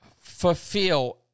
fulfill